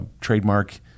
Trademark